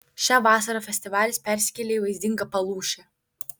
šią vasarą festivalis persikėlė į vaizdingą palūšę